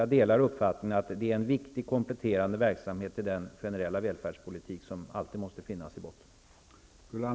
Jag delar uppfattningen att det är en viktig kompletterande verksamhet i den generella välfärdspolitik som alltid måste finnas i botten.